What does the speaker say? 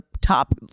top